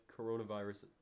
coronavirus